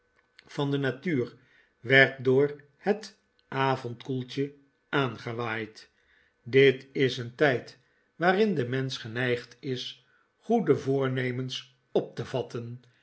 van de natuur werd door het avondkoeltje aangewaaid dit is een tijd waarin de mensch geneigd is goede voornemens op te vatten